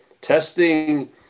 Testing